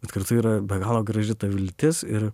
bet kartu yra be galo graži ta viltis ir